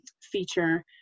feature